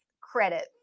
credit